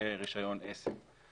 רישיון עסק.